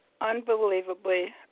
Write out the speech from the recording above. unbelievably